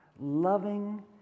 loving